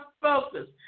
focus